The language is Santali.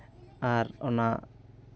ᱟᱨ ᱚᱱᱟ